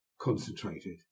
concentrated